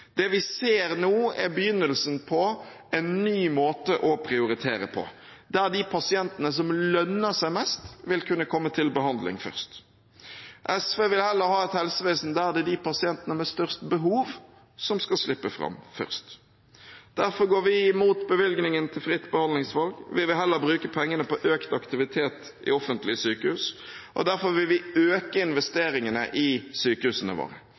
Det vi ser nå, er begynnelsen på en ny måte å prioritere på, der de pasientene som lønner seg mest, vil kunne komme til behandling først. SV vil heller ha et helsevesen der det er de pasientene med størst behov som skal slippe fram først. Derfor går vi imot bevilgningen til fritt behandlingsvalg. Vi vil heller bruke pengene på økt aktivitet i offentlige sykehus, derfor vil vi øke investeringene i sykehusene våre.